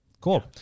Cool